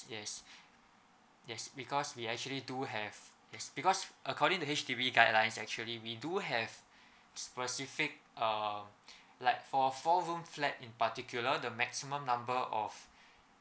yes yes because we actually do have because according to H_D_B guidelines actually we do have specific um like for four room flat in particular the maximum number of